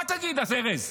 מה תגיד אז, ארז?